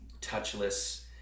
touchless